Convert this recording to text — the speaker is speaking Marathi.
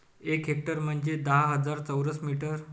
एक हेक्टर म्हंजे दहा हजार चौरस मीटर